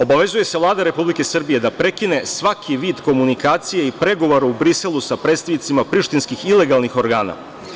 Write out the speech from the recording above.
Obavezuje se Vlada Republike Srbije da prekine svaki vid komunikacije i pregovore u Briselu sa predstavnicima prištinskih ilegalnih organa.